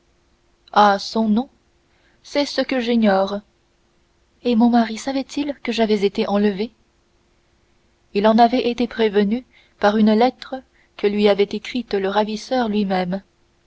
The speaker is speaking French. ah son nom c'est ce que j'ignore et mon mari savait-il que j'avais été enlevée il en avait été prévenu par une lettre que lui avait écrite le ravisseur lui-même